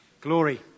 Glory